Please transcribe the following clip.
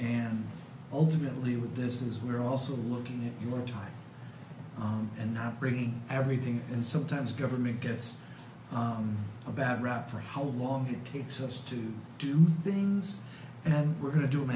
and ultimately with this is we're also looking at your time and not bringing everything and sometimes government gets a bad rap for how long it takes us to do things and we're going to do